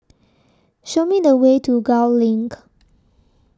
Show Me The Way to Gul LINK